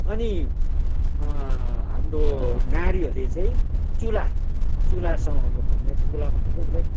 अनि हाम्रो नारीहरूले चाहिँ चुल्हा चुल्हा समाउनु पर्ने चुल्हा भनेको उसले